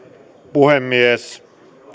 puhemies